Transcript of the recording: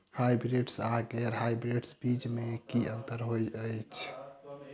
Hybrids आ गैर hybrids बीज म की अंतर होइ अछि?